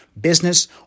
business